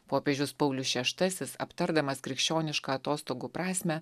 popiežius paulius šeštasis aptardamas krikščionišką atostogų prasmę